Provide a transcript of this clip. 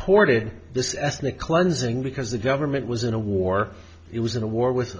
supported this ethnic cleansing because the government was in a war it was in a war with